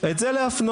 את זה להפנות.